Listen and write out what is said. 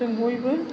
जों बयबो